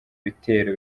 bitero